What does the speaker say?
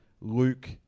Luke